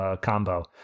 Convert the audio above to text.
combo